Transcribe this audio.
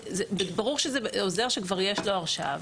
ברור שזה עוזר שכבר יש לו הרשאה,